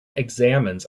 examines